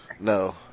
No